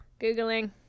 googling